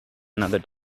another